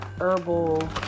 herbal